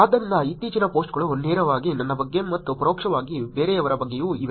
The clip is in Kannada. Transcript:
ಆದ್ದರಿಂದ ಇತ್ತೀಚಿನ ಪೋಸ್ಟ್ಗಳು ನೇರವಾಗಿ ನನ್ನ ಬಗ್ಗೆ ಮತ್ತು ಪರೋಕ್ಷವಾಗಿ ಬೇರೆಯವರ ಬಗ್ಗೆಯೂ ಇವೆ